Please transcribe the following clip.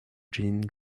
jean